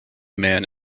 man